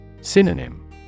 Synonym